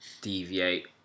deviate